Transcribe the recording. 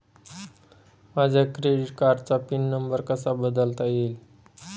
माझ्या क्रेडिट कार्डचा pin number कसा बदलता येईल?